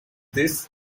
this